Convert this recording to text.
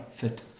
fit